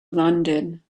london